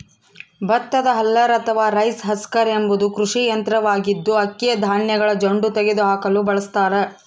ಭತ್ತದ ಹಲ್ಲರ್ ಅಥವಾ rice husker ಎಂಬುದು ಕೃಷಿ ಯಂತ್ರವಾಗಿದ್ದು, ಅಕ್ಕಿಯ ಧಾನ್ಯಗಳ ಜೊಂಡು ತೆಗೆದುಹಾಕಲು ಬಳಸತಾರ